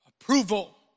approval